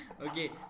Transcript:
Okay